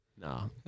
No